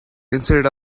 instead